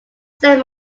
said